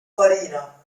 farina